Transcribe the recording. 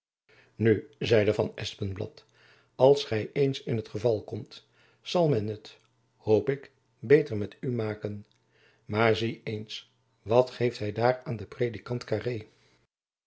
nu zeide van espenblad als gy eens in t geval komt zal men t hoop ik beter met u maken maar zie eens wat geeft hy daar aan den predikant carré